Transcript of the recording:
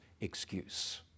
excuse